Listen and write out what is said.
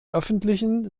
öffentlichen